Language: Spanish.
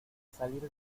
salir